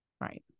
Right